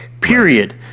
Period